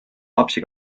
lapsi